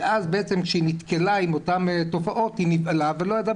ואז בעצם כשהיא נתקלה עם אותן תופעות היא נבהלה והיא לא ידעה